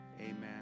amen